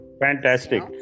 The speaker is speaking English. fantastic